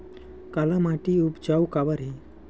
काला माटी उपजाऊ काबर हे?